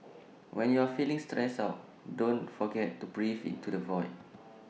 when you are feeling stressed out don't forget to breathe into the void